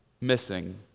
missing